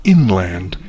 Inland